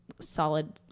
solid